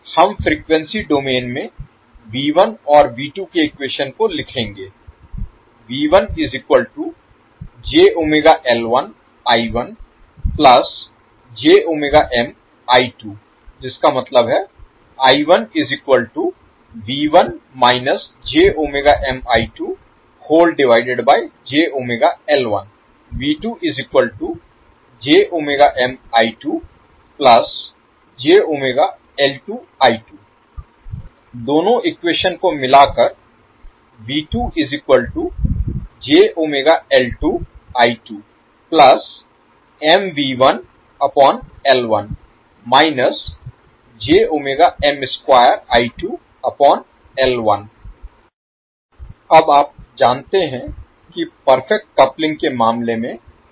हम frequency domain में V1 और V2 के इक्वेशन को लिखेंगे दोनों इक्वेशन को मिलाकर अब आप जानते हैं कि परफेक्ट कपलिंग के मामले में है